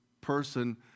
person